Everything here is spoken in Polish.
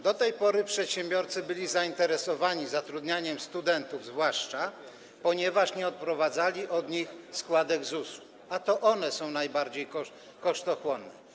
Do tej pory przedsiębiorcy byli zainteresowani zatrudnianiem zwłaszcza studentów, ponieważ nie odprowadzali od nich składek ZUS, a to one są najbardziej kosztochłonne.